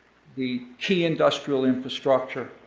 the key industrial infrastructure,